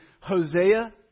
Hosea